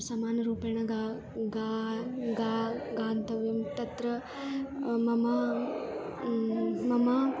समानरूपेण गा गा गा गा गातव्यं तत्र मम मम